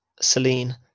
Celine